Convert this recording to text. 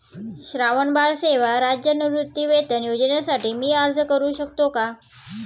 श्रावणबाळ सेवा राज्य निवृत्तीवेतन योजनेसाठी मी अर्ज करू शकतो का?